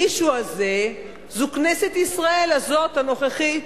המישהו הזה זה כנסת ישראל הזאת, הנוכחית.